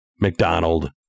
McDonald